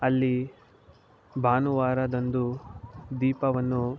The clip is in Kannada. ಅಲ್ಲಿ ಭಾನುವಾರದಂದು ದೀಪವನ್ನು